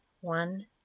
one